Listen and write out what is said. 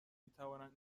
میتوانند